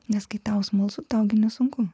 nes kai tau smalsu tau gi nesunku